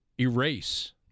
erase